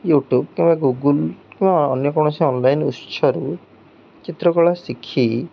YouTube କିମ୍ବା Google କିମ୍ବା ଅନ୍ୟ କୌଣସି ଅନ୍ଲାଇନ୍ ଉତ୍ସରୁ ଚିତ୍ରକଳା ଶିଖି